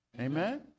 Amen